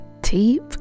deep